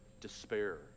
despair